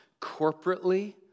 corporately